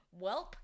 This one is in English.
welp